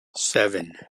seven